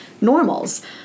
normals